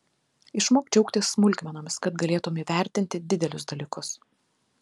išmok džiaugtis smulkmenomis kad galėtumei įvertinti didelius dalykus